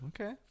okay